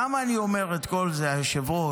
למה אני אומר את כל זה, היושב-ראש?